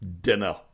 Dinner